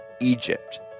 Egypt